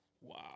Wow